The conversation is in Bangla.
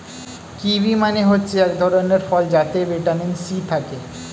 কিউয়ি মানে হচ্ছে এক ধরণের ফল যাতে ভিটামিন সি থাকে